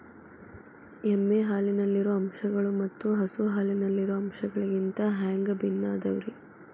ಎಮ್ಮೆ ಹಾಲಿನಲ್ಲಿರೋ ಅಂಶಗಳು ಮತ್ತ ಹಸು ಹಾಲಿನಲ್ಲಿರೋ ಅಂಶಗಳಿಗಿಂತ ಹ್ಯಾಂಗ ಭಿನ್ನ ಅದಾವ್ರಿ?